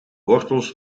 wortels